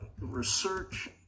research